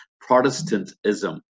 protestantism